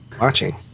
watching